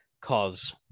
cause